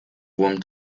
wurm